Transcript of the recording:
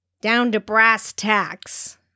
down-to-brass-tacks